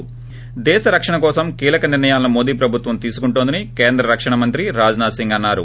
ి దేశ రక్షణ కోసం కీలక నిర్ణయాలను మోదీ ప్రభుత్వం తీసుకుంటోందని కేంద్ర రక్షణ మంత్రి రాజ్నాథ్ సింగ్ అన్నారు